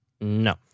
No